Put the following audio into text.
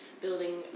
building